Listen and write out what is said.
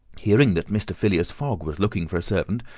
hearing that mr. phileas fogg was looking for a servant,